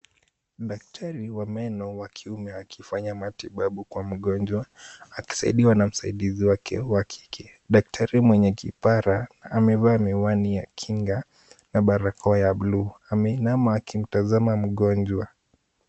Daktari wa meno wa kiume akifanya matibabu kwa mgonjwa, akisaidiwa na msaidizi wa kike. Daktari mwenye kipara amevaa miwani ya kinga na barakoa ya buluu. Ameinama akimtazama mgonjwa.